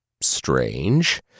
strange